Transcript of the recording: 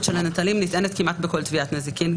של הנטלים נטענת כמעט בכל תביעת נזיקין,